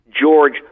George